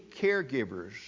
caregivers